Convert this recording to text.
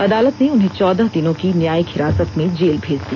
अदालत ने उन्हें चौदह दिनों की न्यायिक हिरासत में जेल भेज दिया